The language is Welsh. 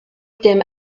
dim